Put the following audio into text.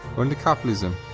under capitalism,